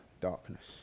darkness